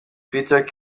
peter